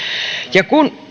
ja kun